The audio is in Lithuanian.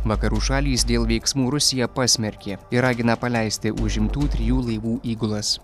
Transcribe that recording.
vakarų šalys dėl veiksmų rusiją pasmerkė ir ragina paleisti užimtų trijų laivų įgulas